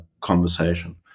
conversation